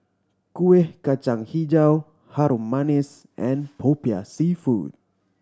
Kuih Kacang Hijau Harum Manis and Popiah Seafood